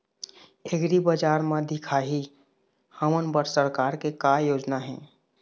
एग्रीबजार म दिखाही हमन बर सरकार के का योजना हे?